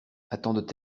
attendent